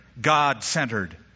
God-centered